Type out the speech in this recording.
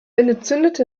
entzündete